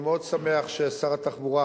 אני מאוד שמח ששר התחבורה